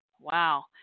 Wow